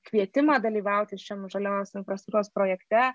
kvietimą dalyvauti šiame žaliosios infrastruktūros projekte